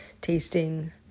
tasting